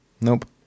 Nope